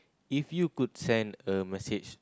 if you could send a message